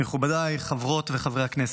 מכובדיי חברות וחברי הכנסת,